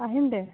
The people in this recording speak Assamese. আহিম দে